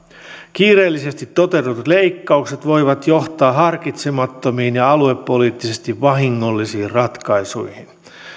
kiireellisesti toteutetut leikkaukset voivat johtaa harkitsemattomiin ja aluepoliittisesti vahingollisiin ratkaisuihin